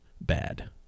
bad